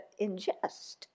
ingest